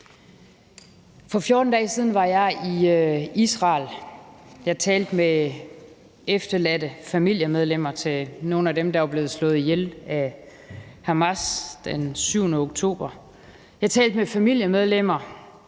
For 14 dage siden var jeg i Israel. Jeg talte med efterladte familiemedlemmer til nogle af dem, der var blevet slået ihjel af Hamas den 7. oktober. Jeg talte med familiemedlemmer